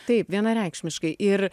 taip vienareikšmiškai ir